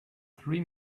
three